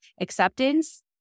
acceptance